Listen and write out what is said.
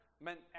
meant